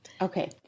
Okay